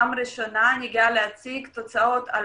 פעם ראשונה אני גאה להציג תוצאות על